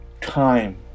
time